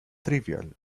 trivial